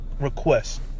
request